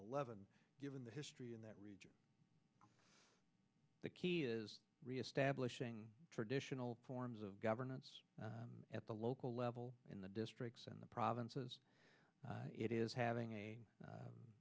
eleven given the history in that region the key is reestablishing traditional forms of governance at the local level in the districts in the provinces it is having a